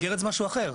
נסגרת זה משהו אחר.